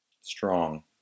Strong